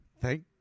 Thank